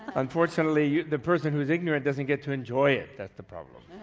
unfortunately the person who is ignorant doesn't get to enjoy it, that's the problem.